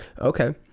Okay